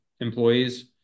employees